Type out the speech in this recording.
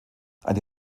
eine